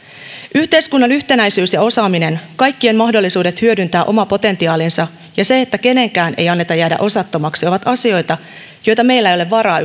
yhteiskunnan yhtenäisyys ja osaaminen kaikkien mahdollisuudet hyödyntää oma potentiaalinsa ja se että kenenkään ei anneta jäädä osattomaksi ovat asioita joita meillä ei yksinkertaisesti ole varaa